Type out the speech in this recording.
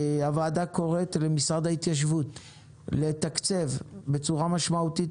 הוועדה קוראת למשרד ההתיישבות לתקצב בצורה משמעותית